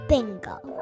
Bingo